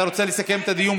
אתה רוצה לסכם את הדיון,